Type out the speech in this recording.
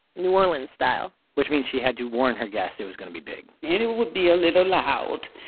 new orleans-style which means she had to warn her guests it was going to be big and it would be a little loud.